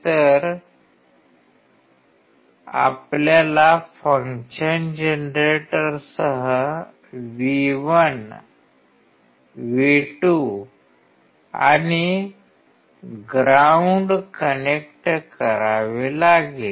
तर आपल्याला फंक्शन जनरेटरसह V1 V2 आणि ग्राउंड कनेक्ट करावे लागेल